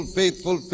faithful